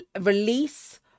release